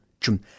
chum